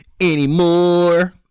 Anymore